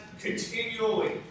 continually